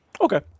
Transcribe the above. Okay